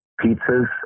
pizzas